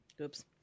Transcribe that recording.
Oops